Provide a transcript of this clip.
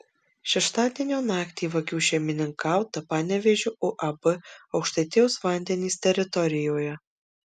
šeštadienio naktį vagių šeimininkauta panevėžio uab aukštaitijos vandenys teritorijoje